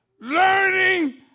learning